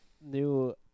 new